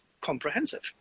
comprehensive